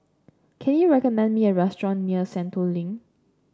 can you recommend me a restaurant near Sentul Link